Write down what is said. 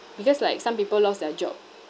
because like some people lost their job